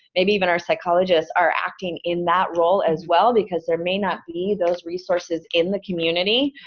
maybe even our psychologists are acting in that role as well, because there may not be those resources in the community.